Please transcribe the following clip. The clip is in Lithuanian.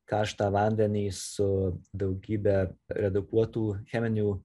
karštą vandenį su daugybe redukuotų cheminių